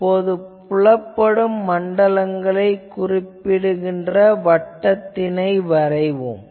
இப்போது புலப்படும் மண்டலங்களை குறிப்பிடுகின்ற வட்டத்தினை வரைவோம்